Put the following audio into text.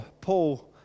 Paul